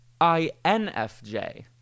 INFJ